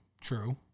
true